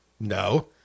No